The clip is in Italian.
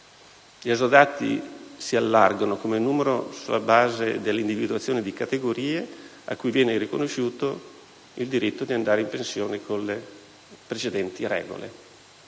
Gli esodati si allargano, infatti, come numero sulla base dell'individuazione di categorie alle quali viene riconosciuto il diritto di andare in pensione con le precedenti regole